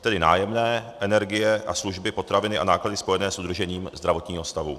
Tedy nájemné, energie a služby, potraviny a náklady spojené s udržením zdravotního stavu.